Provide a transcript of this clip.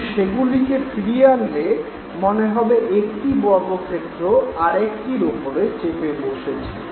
কিন্তু সেগুলিকে ফিরিয়ে আনলে মনে হবে একটি বর্গক্ষেত্র আর একটির ওপরে চেপে বসেছে